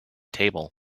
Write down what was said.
table